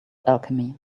alchemy